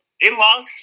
in-laws